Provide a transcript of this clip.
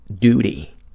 duty